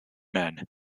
men